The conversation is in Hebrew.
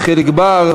חיליק בר,